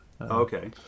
okay